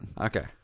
okay